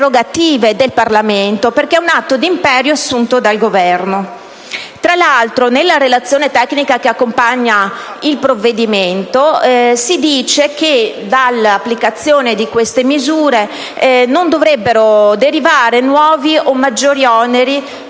del Parlamento, perché si tratta di un atto di imperio assunto dal Governo. Inoltre, nella relazione tecnica che accompagna il provvedimento, si dice che dall'applicazione di queste misure non dovrebbero derivare nuovi o maggiori oneri